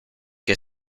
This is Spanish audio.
que